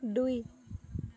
দুই